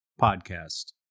podcast